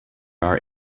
are